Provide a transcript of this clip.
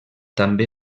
també